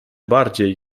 bardziej